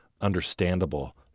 understandable